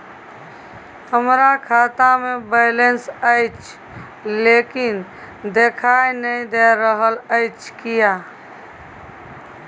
हमरा खाता में बैलेंस अएछ लेकिन देखाई नय दे रहल अएछ, किये?